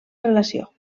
relació